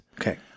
Okay